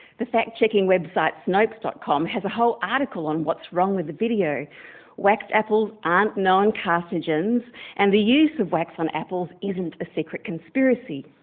the fact-checking website snopes. com has a whole article on what's wrong with the video waxed apples aren't known carcinogens and the use of wax on apples isn't a secret conspiracy.